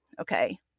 okay